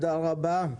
תודה רבה.